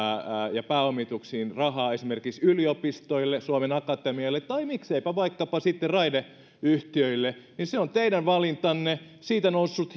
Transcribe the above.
ja pääomituksiin rahaa esimerkiksi yliopistoille suomen akatemialle tai mikseipä vaikkapa sitten raideyhtiöille niin se on teidän valintanne siitä on noussut